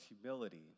humility